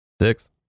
Six